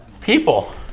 People